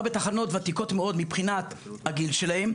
בתחנות ותיקות מאוד מבחינת הגיל שלהן,